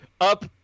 Up